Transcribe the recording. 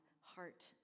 heart